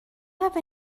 have